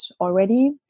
already